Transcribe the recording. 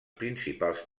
principals